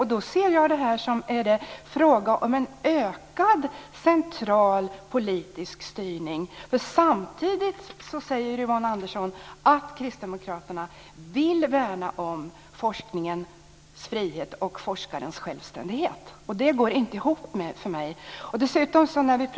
Då undrar jag om det är fråga om en ökad central politisk styrning. Samtidigt säger Yvonne Andersson att Kristdemokraterna vill värna om forskningens frihet och forskarens självständighet. Jag får inte det att gå ihop.